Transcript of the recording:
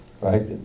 right